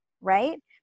Right